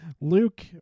Luke